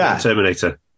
Terminator